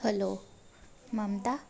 hello Mamata